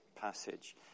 passage